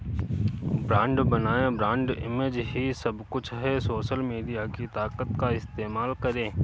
brand बनाएं, brand image ही सब कुछ है, सोशल मीडिया की ताकत का इस्तेमाल करें